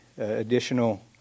additional